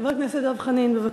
חבר הכנסת דב חנין, בבקשה.